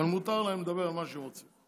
אבל מותר להם לדבר על מה שהם רוצים.